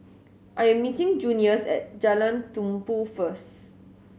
I am meeting Junius at Jalan Tumpu first